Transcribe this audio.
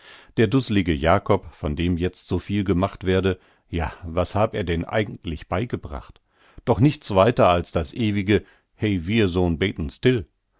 der dusslige jakob von dem jetzt so viel gemacht werde ja was hab er denn eigentlich beigebracht doch nichts weiter als das ewige he wihr so'n beten still